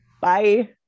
Bye